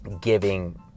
giving